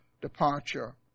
departure